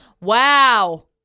Wow